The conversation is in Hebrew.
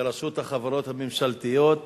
לרשות החברות הממשלתיות